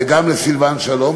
וגם לסילבן שלום,